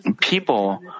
people